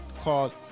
called